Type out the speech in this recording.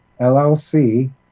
LLC